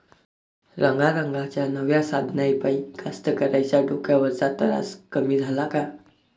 रंगारंगाच्या नव्या साधनाइपाई कास्तकाराइच्या डोक्यावरचा तरास कमी झाला का?